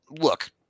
look